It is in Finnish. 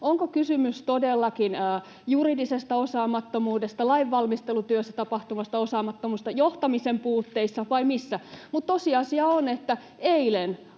onko kysymys todellakin juridisesta osaamattomuudesta, lainvalmistelutyössä tapahtuvasta osaamattomuudesta, johtamisen puutteesta vai mistä. Mutta tosiasia on, että eilen